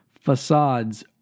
Facades